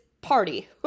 party